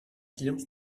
llums